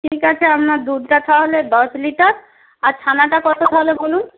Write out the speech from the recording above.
ঠিক আছে আপনার দুধটা তাহলে দশ লিটার আর ছানাটা কতো তাহলে বলুন